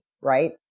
right